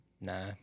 Nah